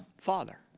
Father